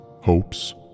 hopes